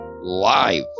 live